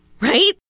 right